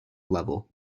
level